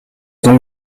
donc